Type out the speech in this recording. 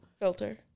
Filter